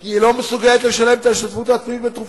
כי היא לא מסוגלת לשלם את ההשתתפות העצמית בתרופות.